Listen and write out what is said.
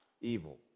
evil